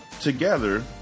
Together